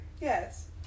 Yes